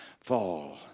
fall